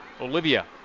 Olivia